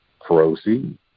proceed